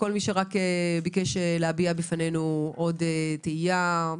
עם כל מי שביקש להביע בפנינו עוד תהייה,